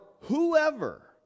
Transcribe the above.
whoever